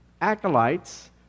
acolytes